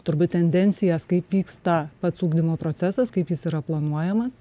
turbūt tendencijas kaip vyksta pats ugdymo procesas kaip jis yra planuojamas